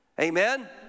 Amen